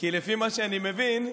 כי לפי מה שאני מבין,